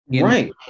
Right